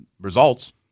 results